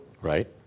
Right